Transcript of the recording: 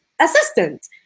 assistant